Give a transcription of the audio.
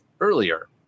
earlier